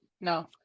no